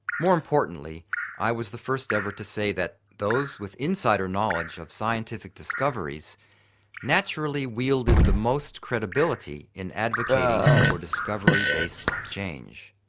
more importantly i was the first ever to say that those with insider knowledge of scientific discoveries naturally wielded the most credibility in advocating for discovery-based change.